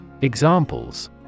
Examples